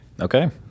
okay